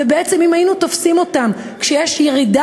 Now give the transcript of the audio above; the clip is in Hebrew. ובעצם אם היינו תופסים אותם כשיש ירידה